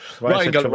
Right